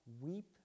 weep